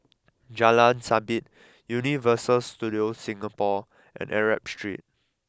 Jalan Sabit Universal Studios Singapore and Arab Street